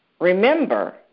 remember